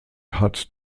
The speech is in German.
hat